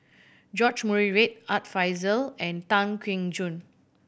George Murray Reith Art Fazil and Tan Keong Choon